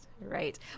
right